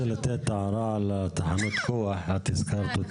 --- בעניין ג'דידה-מכר אמרתם שאתם